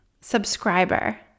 subscriber